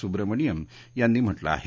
सुब्रमणिअन यांनी म्हटलं आहे